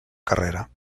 carrera